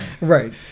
Right